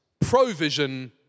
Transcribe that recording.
provision